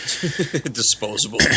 Disposable